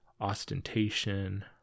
ostentation